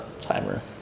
Timer